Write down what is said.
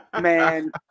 Man